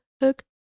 hook